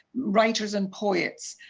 writers and poets,